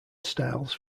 styles